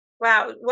Wow